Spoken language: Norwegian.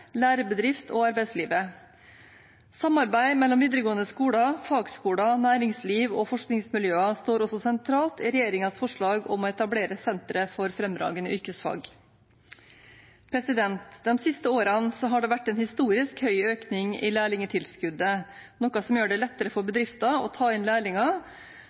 lærebedrift og arbeidslivet. Samarbeid mellom videregående skoler, fagskoler, næringsliv og forskningsmiljøer står også sentralt i regjeringens forslag om å etablere sentre for fremragende yrkesfag. De siste årene har det vært en historisk høy økning i lærlingtilskuddet, noe som gjør det lettere for bedrifter å ta inn